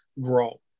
grow